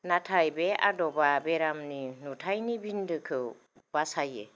नाथाय बे आदबआ बेरामनि नुथाइनि बिन्दोखौ बासायो